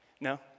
no